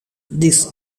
this